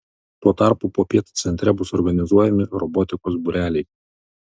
tuo tarpu popiet centre bus organizuojami robotikos būreliai